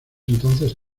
entonces